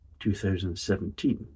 2017